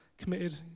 committed